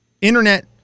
internet